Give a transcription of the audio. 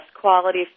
quality